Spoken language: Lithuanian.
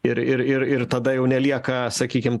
ir ir ir ir tada jau nelieka sakykim